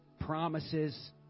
promises